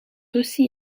aussi